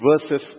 verses